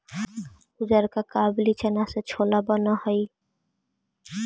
उजरका काबली चना से छोला बन हई